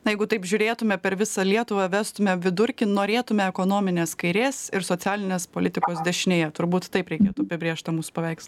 na jeigu taip žiūrėtume per visą lietuvą vestumėme vidurkį norėtume ekonominės kairės ir socialinės politikos dešinėje turbūt taip reikėtų apibrėžt tą mūsų paveikslą